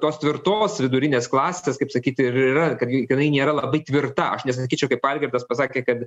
tos tvirtos vidurinės klasės kaip sakyti ir yra kad jinai nėra labai tvirta aš nesakyčiau kaip algirdas pasakė kad